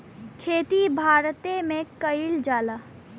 खेती भारते मे कइल जाला